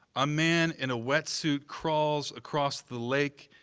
a man in a wet suit crawls across the lake,